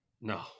no